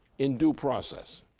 in due process,